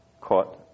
caught